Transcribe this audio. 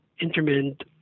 intermittent